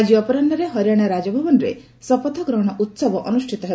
ଆଜି ଅପରାହ୍ନ ରେ ହରିଆଶା ରାଜଭବନରେ ଶପଥ ଗ୍ରହଣ ଉତ୍ସବ ଅନୁଷ୍ଠିତ ହେବ